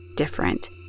different